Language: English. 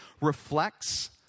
reflects